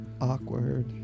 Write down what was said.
Awkward